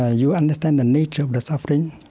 ah you understand the nature of the suffering,